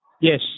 Yes